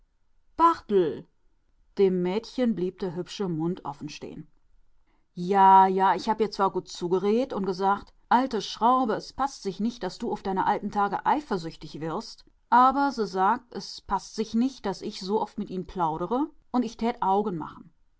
dem mädchen blieb der hübsche mund offenstehen ja ja ich hab ihr zwar gutt zugeredt und gesagt alte schraube es paßt sich nich daß du uff deine alten tage eifersüchtig wirst aber se sagt es paßt sich nich daß ich su oft mit ihn'n plaudere und ich tät augen machen